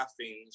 caffeine